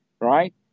Right